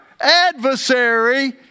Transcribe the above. adversary